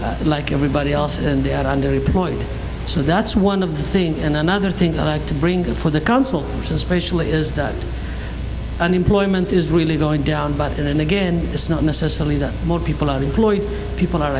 as like everybody else and they are underemployed so that's one of things and another thing i like to bring up for the council especially is that unemployment is really going down but then again it's not necessarily that more people are employed people are